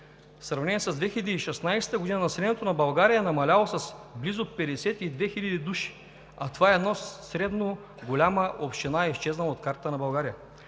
в сравнение с 2016 г., населението на България е намаляло с близо 52 хиляди души, а това е една средно голяма община, която е изчезнала от картата на България.